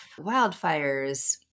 Wildfires